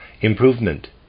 Improvement